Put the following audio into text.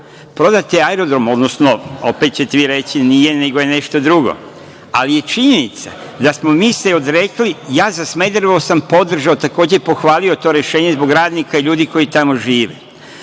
prodat je aerodrom, odnosno opet ćete vi reći da nije, nego je nešto drugo. Ali, činjenica je da smo se mi odrekli, ja za „Smederevo“ sam podržao takođe i pohvalio to rešenje zbog radnika i ljudi koji tamo žive,